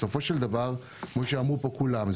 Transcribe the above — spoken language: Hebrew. בסופו של דבר כמו שאמרו פה כולם,